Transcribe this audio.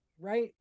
right